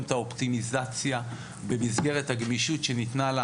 את האופטימיזציה במסגרת הגמישות שניתנה לה